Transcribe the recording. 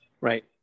right